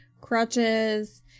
crutches